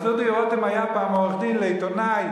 אז דודי רותם היה פעם עורך-דין של עיתונאי